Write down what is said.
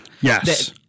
Yes